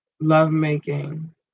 lovemaking